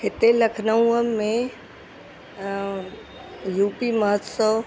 हिते लखनऊअ में यूपी महोत्सव